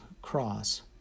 Cross